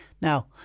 Now